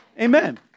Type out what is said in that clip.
Amen